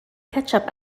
ketchup